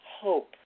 hope